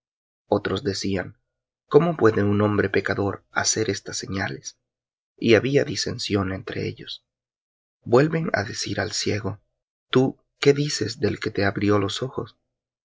otros decían cómo puede un hombre pecador hacer estas señales y había disensión entre ellos vuelven á decir al ciego tú qué dices del que te abrió los ojos